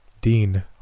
Dean